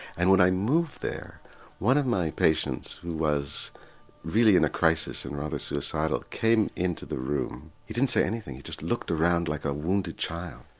and when i moved there one of my patients who was really in a crisis and rather suicidal came into the room, he didn't say anything he just looked around like a wounded child,